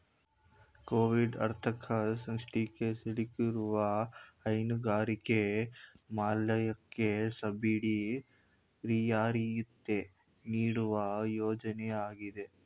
Covid ಆರ್ಥಿಕ ಸಂಕಷ್ಟಕ್ಕೆ ಸಿಲುಕಿರುವ ಹೈನುಗಾರಿಕೆ ವಲಯಕ್ಕೆ ಸಬ್ಸಿಡಿ ರಿಯಾಯಿತಿ ನೀಡುವ ಯೋಜನೆ ಆಗಿದೆ